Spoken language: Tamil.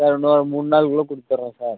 சார் இன்னும் ஒரு மூணு நாளுக்குள்ளே கொடுத்துறன் சார்